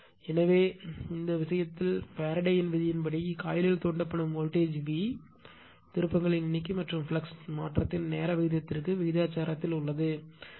எனவே அந்த விஷயத்தில் ஃபாரடேயின் விதியின்படி காயிலில் தூண்டப்பட்ட வோல்டேஜ் V திருப்பங்களின் எண்ணிக்கை மற்றும் ஃப்ளக்ஸ் மாற்றத்தின் நேர விகிதத்திற்கு விகிதாசாரத்தில் உள்ளது v N d ∅ d t